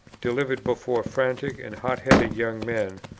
delivered before fanatic and hot-headed young men,